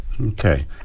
Okay